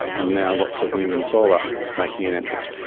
and now lots of wind and solar making an entrance.